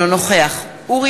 אינו